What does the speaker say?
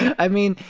i mean,